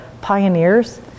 pioneers